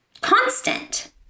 constant